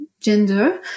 gender